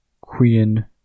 Queen